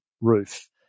roof